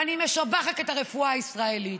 ואני משבחת את הרפואה הישראלית.